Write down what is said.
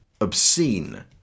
obscene